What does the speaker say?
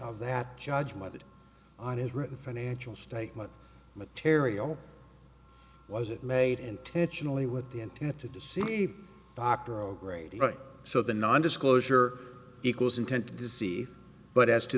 of that judgment on his written financial statement material was it made intentionally with the intent to deceive dr o'grady right so the non disclosure equals intent to deceive but as to